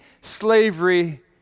slavery